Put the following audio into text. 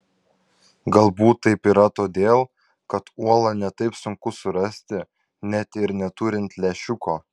galbūt taip yra todėl kad uolą ne taip sunku surasti net ir neturint lęšiuko